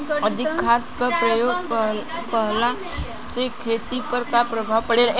अधिक खाद क प्रयोग कहला से खेती पर का प्रभाव पड़ेला?